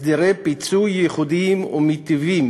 הסדרי פיצוי ייחודיים ומיטיבים